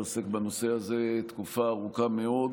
שעוסק בנושא הזה תקופה ארוכה מאוד.